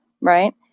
Right